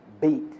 beat